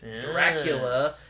Dracula